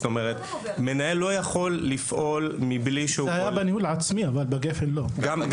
זאת אומרת, מנהל לא יכול לפעול מבלי שהוא רואה.